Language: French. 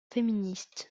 féministes